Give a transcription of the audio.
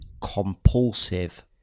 compulsive